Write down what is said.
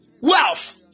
wealth